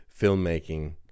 filmmaking